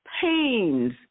pains